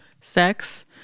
Sex